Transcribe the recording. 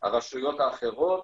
הרשויות האחרות,